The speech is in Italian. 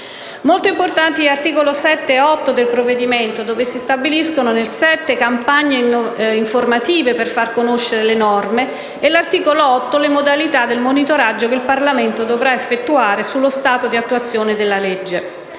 Molto importanti sono gli articoli 7 e 8 del provvedimento, in cui si stabiliscono (articolo 7) campagne informative per far conoscere le norme e (articolo 8) le modalità del monitoraggio che il Parlamento dovrà effettuare sullo stato di attuazione della legge.